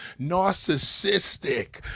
narcissistic